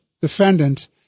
defendant